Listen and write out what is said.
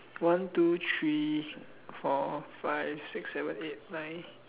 one two three four five six seven eight nine